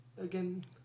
again